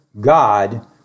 God